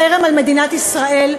החרם על מדינת ישראל,